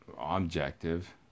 objective